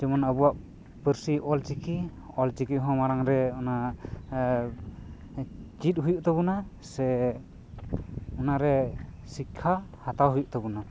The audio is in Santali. ᱡᱮᱢᱚᱱ ᱟᱵᱚᱣᱟᱜ ᱯᱟᱹᱨᱥᱤ ᱚᱞᱪᱤᱠᱤ ᱚᱞᱪᱤᱠᱤ ᱦᱚᱸ ᱢᱟᱲᱟᱝ ᱨᱮ ᱚᱱᱟ ᱪᱮᱫ ᱦᱩᱭᱩᱜ ᱛᱟᱵᱚᱱᱟ ᱥᱮ ᱚᱱᱟᱨᱮ ᱥᱤᱠᱠᱷᱟ ᱦᱟᱛᱟᱣ ᱦᱩᱭᱩᱜ ᱛᱟᱵᱚᱱᱟ